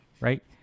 right